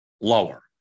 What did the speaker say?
lower